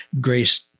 grace